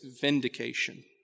vindication